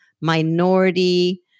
minority